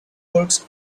works